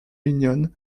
union